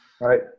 Right